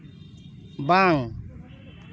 ᱵᱟᱝ